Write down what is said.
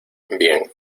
bien